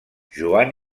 joan